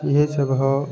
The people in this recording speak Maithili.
इएहसब हइ